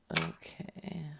Okay